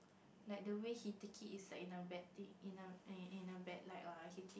like the way he take it is in a bad thing in a in a bad light lah like it